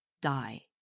die